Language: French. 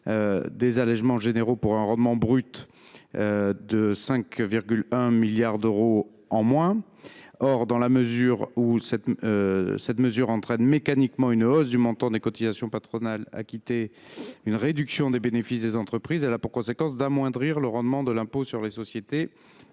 des allégements généraux pour un rendement brut de 5,1 milliards d’euros en moins. Parce qu’elle entraîne mécaniquement une hausse du montant des cotisations patronales acquittées et une réduction des bénéfices des entreprises, cette mesure a pour conséquence d’amoindrir le rendement de l’impôt sur les sociétés,